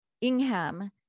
Ingham